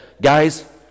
guys